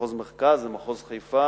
במחוז מרכז ובמחוז חיפה